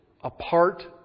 apart